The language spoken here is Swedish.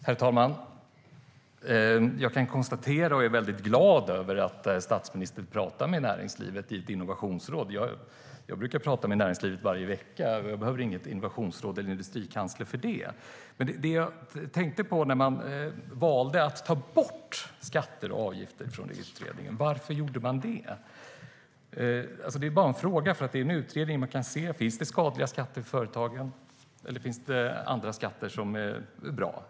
Herr talman! Jag är väldigt glad över att statsministern pratar med näringslivet i ett innovationsråd. Jag brukar prata med näringslivet varje vecka, men jag behöver inget innovationsråd eller någon industrikansler för det. Varför valde man att ta bort skatter och avgifter från utredningen? Det är bara en fråga. Det handlar ju om en utredning där man skulle kunna se om det finns skadliga skatter för företagen eller om det finns andra skatter som är bra.